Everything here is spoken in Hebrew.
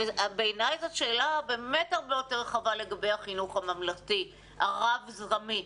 בעיני זאת שאלה הרבה יותר רחבה לגבי החינוך הממלכתי הרב זרמי.